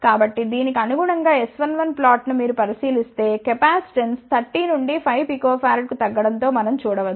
కాబట్టి దీనికి అనుగుణంగా S11 ప్లాట్ను మీరుపరిశీలిస్తే కెపాసిటెన్స్ 30 నుండి 5 pFకు తగ్గడంతో మనం చూడ వచ్చు